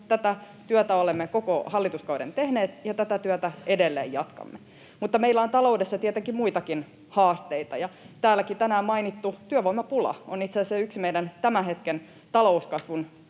tätä työtä olemme koko hallituskauden tehneet ja tätä työtä edelleen jatkamme. Mutta meillä on taloudessa tietenkin muitakin haasteita. Täälläkin tänään mainittu työvoimapula on itse asiassa yksi meidän tämän hetken talouskasvun